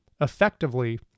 effectively